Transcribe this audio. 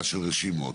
רשימות,